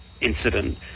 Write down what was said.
incident